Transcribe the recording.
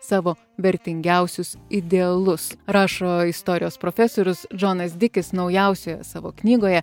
savo vertingiausius idealus rašo istorijos profesorius džonas dikis naujausioje savo knygoje